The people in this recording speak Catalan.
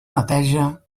neteja